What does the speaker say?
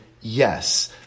yes